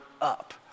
up